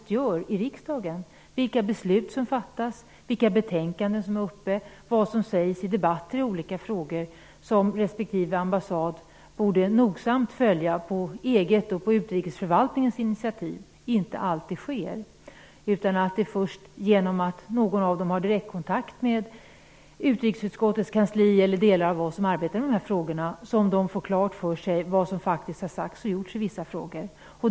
Man känner inte alltid till vilka beslut som fattas, vilka betänkanden som är aktuella och vad som sägs i debatter i olika frågor som respektive ambassad, på eget och utrikesförvaltningens initiativ, nogsamt borde följa. Det kan i stället vara först i och med att någon av dessa ambassader har direktkontakt med utrikesutskottets kansli eller med någon av oss som arbetar med de här frågorna som man får klart för sig vad som faktiskt har sagts och gjorts i vissa frågor.